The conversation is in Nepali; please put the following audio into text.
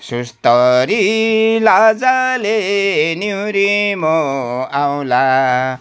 सुस्तरी लाजले निहुरी म आउँला